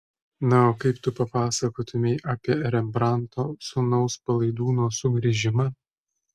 na o kaip tu papasakotumei apie rembrandto sūnaus palaidūno sugrįžimą